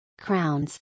crowns